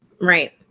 Right